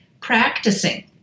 practicing